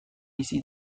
bizi